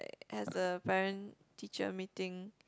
has a parent teacher meeting